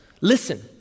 listen